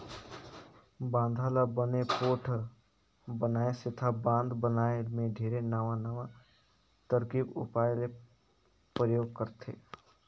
बांधा ल बने पोठ बनाए सेंथा बांध बनाए मे ढेरे नवां नवां तरकीब उपाय ले परयोग करथे